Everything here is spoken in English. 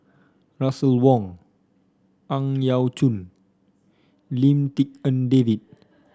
Russel Wong Ang Yau Choon Lim Tik En David